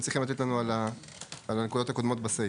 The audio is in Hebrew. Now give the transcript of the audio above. צריכים לתת לנו על הנקודות הקודמות בסעיף.